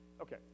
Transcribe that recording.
Okay